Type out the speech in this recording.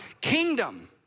kingdom